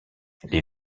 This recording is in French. les